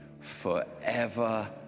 forever